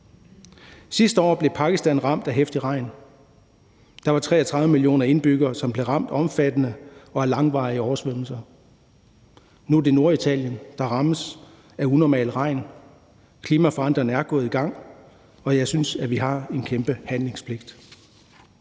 Sidste år blev Pakistan ramt af heftig regn. Der var 33 millioner indbyggere, som blev ramt omfattende og af langvarige oversvømmelser. Nu er det Norditalien, der rammes af unormale mængder regn. Klimaforandringerne er gået i gang, og jeg synes, at vi har en kæmpe handlepligt.